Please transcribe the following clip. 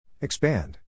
Expand